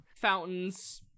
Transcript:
Fountains